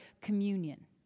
communion